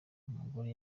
umugore